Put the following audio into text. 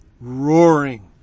Roaring